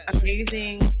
amazing